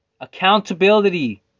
Accountability